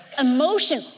emotion